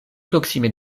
proksime